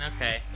Okay